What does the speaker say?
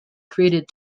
created